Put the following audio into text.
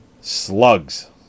Slugs